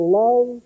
love